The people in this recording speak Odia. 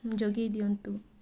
ଯୋଗାଇ ଦିଅନ୍ତୁ